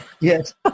Yes